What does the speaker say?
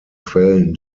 quellen